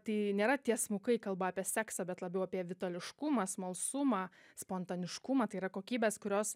tai nėra tiesmukai kalba apie seksą bet labiau apie vitališkumą smalsumą spontaniškumą tai yra kokybės kurios